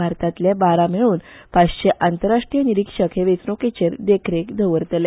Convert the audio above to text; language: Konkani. भारतातले बारा मेळून पाचशे आंतरराष्ट्रीय निरीक्षक हे वेचणूकेचेर देखरेख द्वरतले